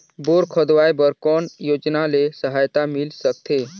Bore खोदवाय बर कौन योजना ले सहायता मिल सकथे?